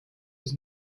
was